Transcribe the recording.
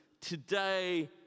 today